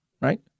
right